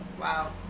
Wow